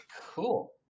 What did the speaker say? Cool